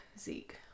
Zeke